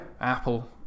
Apple